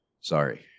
Sorry